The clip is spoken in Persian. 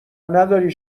نداری